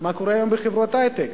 מה קורה בחברות ההיי-טק.